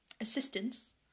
assistance